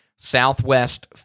Southwest